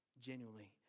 genuinely